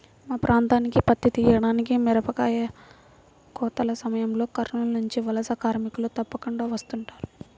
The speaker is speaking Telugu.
మా ప్రాంతానికి పత్తి తీయడానికి, మిరపకాయ కోతల సమయంలో కర్నూలు నుంచి వలస కార్మికులు తప్పకుండా వస్తుంటారు